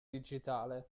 digitale